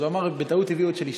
אז הוא אמר: בטעות הביאו את של אשתי.